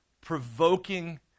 provoking